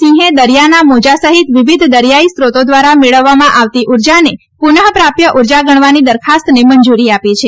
સિંહે દરીયાના મોજા સહિત વિવિધ દરીયાઈ સ્રોતો દ્વારા મેળવવામાં આવતી ઉર્જાને પુનઃ પ્રાપ્ય ઉર્જા ગણવાની દરખાસ્તને મંજુરી આપી છે